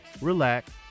relax